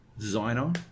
designer